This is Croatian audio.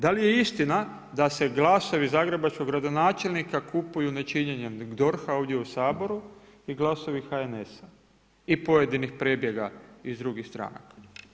Da li je istina da se glasovi zagrebačkog gradonačelnika kupuju nečinjenjem DORH-a ovdje u Saboru i glasovi HNS-a i pojedinih prebjega iz drugih stranaka?